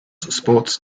sports